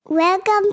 welcome